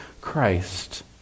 Christ